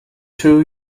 two